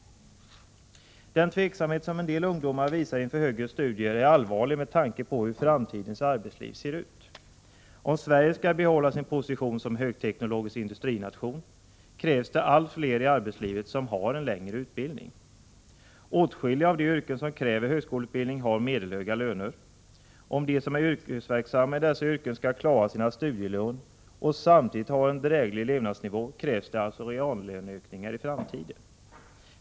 Den tveksamhet som en del ungdomar visar inför högre studier är allvarlig med tanke på hur framtidens arbetsliv ser ut. Om Sverige skall behålla sin position som högteknologisk industrination, krävs det allt fler i arbetslivet som har en längre utbildning. Åtskilliga av de yrken som kräver högskoleutbildning har medelhöga löner. Om de som är yrkesverksamma i dessa yrken skall klara sina studielån och samtidigt ha en dräglig levnadsnivå krävs det reallöneökningar i framtiden.